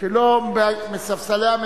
רק רגע, רבותי.